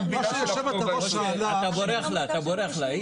אתה בורח לה.